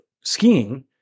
skiing